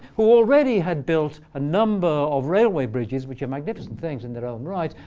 who already had built a number of railway bridges, which are magnificent things in their own rights,